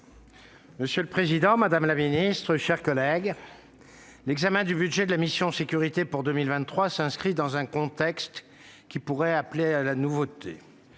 Monsieur le président, madame la ministre, mes chers collègues, l'examen du budget de la mission « Sécurités » pour 2023 s'inscrit dans un contexte qui pourrait appeler à la nouveauté